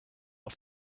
auf